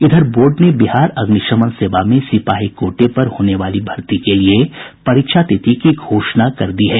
इधर बोर्ड ने बिहार अग्निशमन सेवा में सिपाही कोटे पर होने वाली भर्ती के लिए परीक्षा तिथि की घोषणा कर दी है